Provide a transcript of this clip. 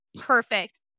perfect